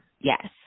Yes